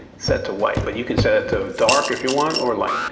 set to white, but you can set it to dark if you want or light.